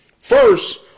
First